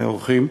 אורחים,